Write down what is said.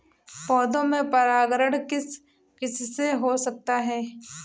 पौधों में परागण किस किससे हो सकता है?